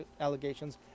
allegations